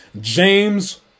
James